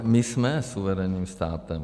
My jsme suverénním státem.